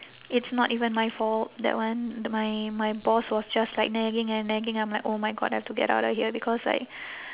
it's not even my fault that one my my boss was just like nagging and nagging I'm like oh my god I've to get out of here because like